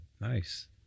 Nice